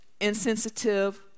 insensitive